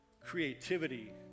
creativity